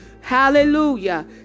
hallelujah